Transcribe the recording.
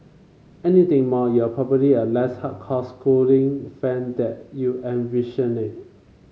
anything more you are probably a less hardcore Schooling fan than you envisioned